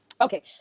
Okay